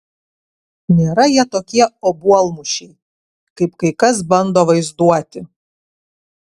nėra jie tokie obuolmušiai kaip kai kas bando vaizduoti